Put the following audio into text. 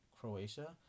Croatia